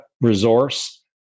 resource